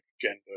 gender